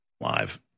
live